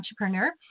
entrepreneur